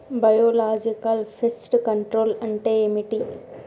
Biological pest control అంటే ఏమిటి?